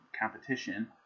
competition